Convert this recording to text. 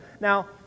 Now